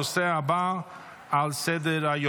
33 בעד, שישה מתנגדים.